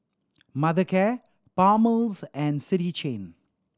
Mothercare Palmer's and City Chain